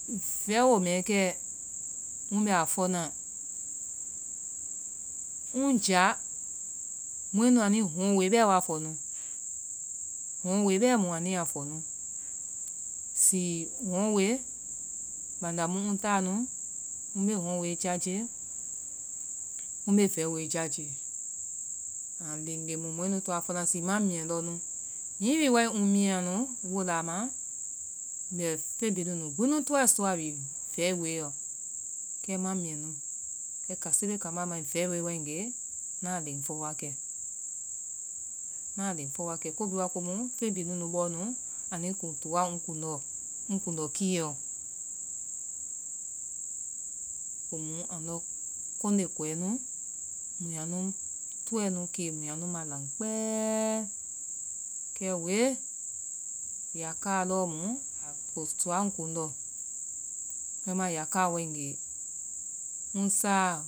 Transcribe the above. Vɛiwoo, mɛɛ kɛ, ŋbɛ a fɔna. Ŋ ja, mɔɛ nu anui hɔŋɔ wooe, bee wa fɔnu bhɔŋ ɔ wooe bɛɛ mu anuiya fɔnu. Zi hɔŋɔ wooe, banda mu ŋ taanu, mbe tiɔŋɔ wooe jaje, mbe vei wooe jaje, a len len mu mɔɛ nu toa fɔna zi ma miɛ lɔ nu hihi wi wae ŋ miyaanu wolaa ma, mbɛ feŋ bihi nunu gbi tɔɛ sɔa wi vei wooe lɔ. Kɛ ŋ ma miyɛ nu kɛ kase bee kamba mai vai wooe waegee, ŋa len fɔwa kɛ. Ŋnaa len fɔwa kɛ. Ko bihi waa komu feŋ bihi bɔɔ nu anui kun toa ŋ kundɔ ŋ kundɔ kily ɔ. Komu andɔ kɔnde koe nu muyaa nu tɔɛ nu kee, mu yaa nu ma lan kpɛɛɛ. Kɛ woe. Yakaa lɔɔmu a kotoa ŋ kundɔ. Bɛimaa yaakaa waegee, ŋ saa